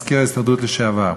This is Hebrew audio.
מזכיר ההסתדרות לשעבר.